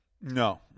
No